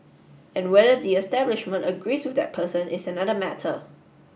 and whether the establishment agrees with that person is another matter